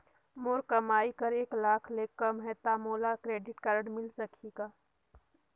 मोर कमाई एक लाख ले कम है ता मोला क्रेडिट कारड मिल ही?